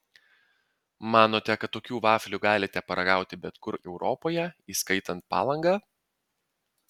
manote kad tokių vaflių galite paragauti bet kur europoje įskaitant palangą